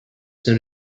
soon